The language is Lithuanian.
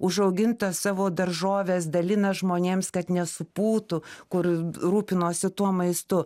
užaugintas savo daržoves dalina žmonėms kad nesupūtų kur rūpinosi tuo maistu